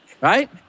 right